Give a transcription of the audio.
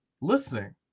listening